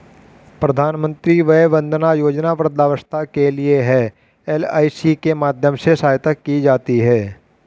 प्रधानमंत्री वय वंदना योजना वृद्धावस्था के लिए है, एल.आई.सी के माध्यम से सहायता की जाती है